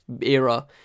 era